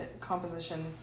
composition